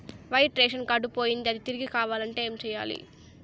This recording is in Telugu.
వైట్ రేషన్ కార్డు పోయింది అది తిరిగి కావాలంటే ఏం సేయాలి